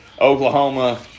Oklahoma